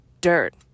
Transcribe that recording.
dirt